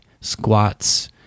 squats